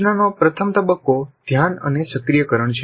સૂચનાનો પ્રથમ તબક્કો ધ્યાન અને સક્રિયકરણ છે